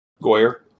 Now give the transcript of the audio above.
Goyer